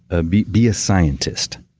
ah be be a scientist.